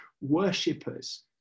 worshippers